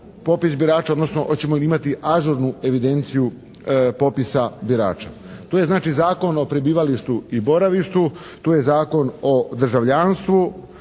popis birača, odnosno hoćemo li imati ažurnu evidenciju popisa birača. Tu je znači Zakon o prebivalištu i boravištu, tu je Zakon o državljanstvu